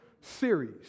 series